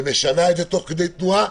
ומשנה את זה תוך כדי תנועה,